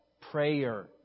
Prayer